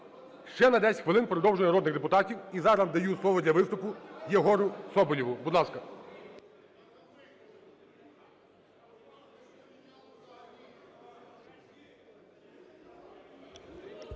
Ще на 10 хвилин продовжую виступи народних депутатів. І зараз даю слово для виступу Єгору Соболєву. Будь ласка.